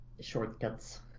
shortcuts